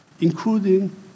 including